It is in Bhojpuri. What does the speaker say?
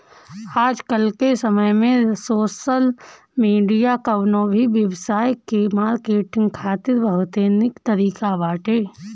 आजकाल के समय में सोशल मीडिया कवनो भी व्यवसाय के मार्केटिंग खातिर बहुते निक तरीका बाटे